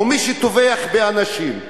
או מי שטובח באנשים.